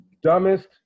dumbest